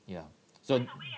ya so mm